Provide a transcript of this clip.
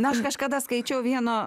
na aš kažkada skaičiau vieno